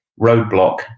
roadblock